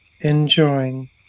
Enjoying